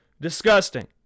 Disgusting